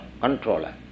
controller